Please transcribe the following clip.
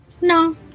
No